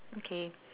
okay